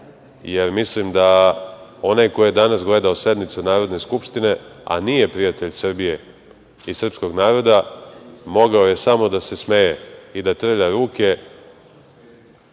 jer mislim da onaj ko je danas gledao sednicu Narodne skupštine, a nije prijatelj Srbije i srpskog naroda, mogao je samo da se smeje i da trlja ruke